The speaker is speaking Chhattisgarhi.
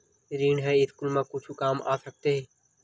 ऋण ह स्कूल मा कुछु काम आ सकत हे?